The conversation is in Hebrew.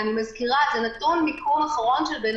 ואני מזכירה שזה נתון מיקום אחרון של בן